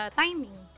timing